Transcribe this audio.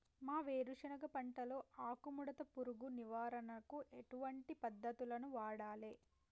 మా వేరుశెనగ పంటలో ఆకుముడత పురుగు నివారణకు ఎటువంటి పద్దతులను వాడాలే?